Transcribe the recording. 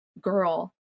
girl